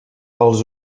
els